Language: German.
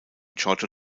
giorgio